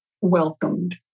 welcomed